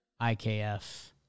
IKF